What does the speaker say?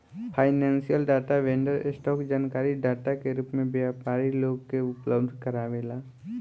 financial data vendor, stock जानकारी data के रूप में व्यापारी लोग के उपलब्ध कारावेला